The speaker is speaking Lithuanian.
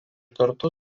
kartu